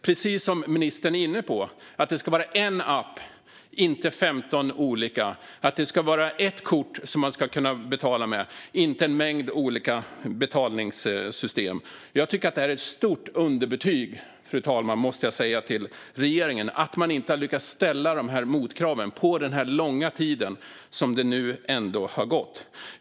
Precis som ministern är inne på ska det vara en app och inte 15 olika och ett kort som man kan betala med - inte en mängd olika betalningssystem. Jag tycker att det här är ett stort underbetyg till regeringen. Under den långa tid som har gått har man inte lyckats ställa dessa motkrav.